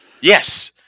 Yes